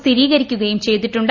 സ്ഥിരീകരിക്കുകയും ചെയ്തിട്ടുണ്ട്